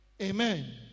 Amen